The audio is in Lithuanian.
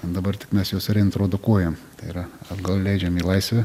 o dabar tik mes juos reintrodukuojam tai yra atgal leidžiam į laisvę